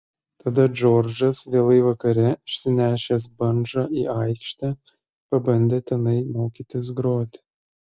tada džordžas vėlai vakare išsinešęs bandžą į aikštę pabandė tenai mokytis groti